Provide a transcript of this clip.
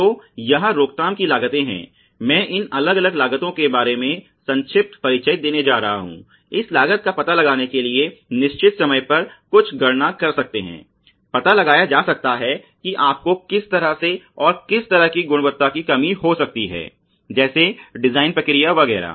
तो यह रोकथाम की लागतें हैं और मैं इन अलग अलग लागतों के बारे में संक्षिप्त परिचय देने जा रहा हूं इस लागत का पता लगाने के लिए निश्चित समय पर कुछ गणना कर सकते हैं पता लगाया जा सकता है कि आपको किस तरह से और किस तरह की गुणवत्ता की कमी हो सकती है जैसे डिजाइन प्रक्रिया वगैरह